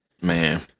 man